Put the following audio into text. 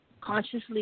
consciously